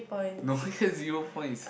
no because you phone is